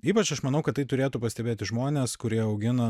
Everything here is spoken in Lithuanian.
ypač aš manau kad tai turėtų pastebėti žmonės kurie augina